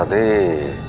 um a